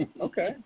Okay